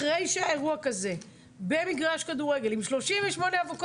אחרי שהיה אירוע כזה במגרש כדורגל עם 38 אבוקות,